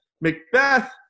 Macbeth